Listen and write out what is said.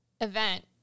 event